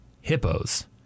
hippos